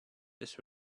this